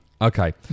Okay